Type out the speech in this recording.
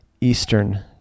Eastern